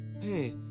Hey